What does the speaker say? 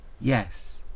yes